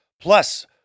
Plus